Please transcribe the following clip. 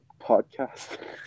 podcast